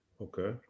Okay